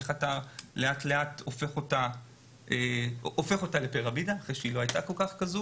איך אתה לאט לאט הופך אותה לפירמידה אחרי שלא הייתה כזו.